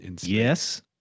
Yes